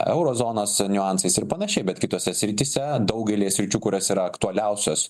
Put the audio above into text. euro zonos niuansais ir panašiai bet kitose srityse daugelyje sričių kurios yra aktualiausios